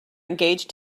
engaged